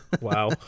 Wow